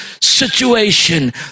situation